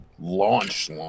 launch